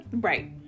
Right